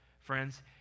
Friends